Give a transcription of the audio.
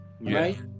right